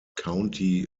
county